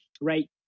right